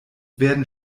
werden